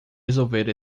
resolver